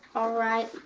all right,